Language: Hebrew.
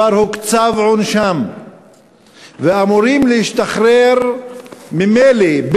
כבר נקצב עונשם והם אמורים להשתחרר ממילא,